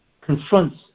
confronts